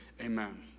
amen